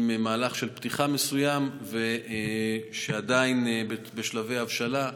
עם מהלך של פתיחה מסוים שעדיין בשלבי הבשלה,